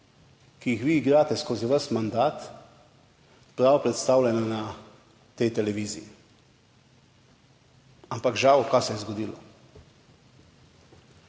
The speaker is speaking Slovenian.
ki jih vi igrate skozi ves mandat, prav predstavljene na tej televiziji. Ampak žal kaj se je zgodilo?